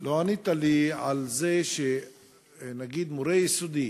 לא ענית על זה שנגיד מורה ביסודי,